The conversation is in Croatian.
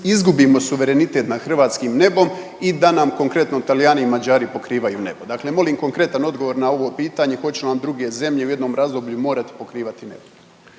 izgubimo suverenitet nad hrvatskim nebom i da nam konkretno Talijani i Mađari pokrivaju nebo? Dakle, molim konkretan odgovor na ovo pitanje hoće li nam druge zemlje u jednom razdoblju pokrivati nebo?